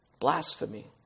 blasphemy